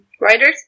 writers